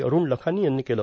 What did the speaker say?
अरूण लखानी यांनी केलं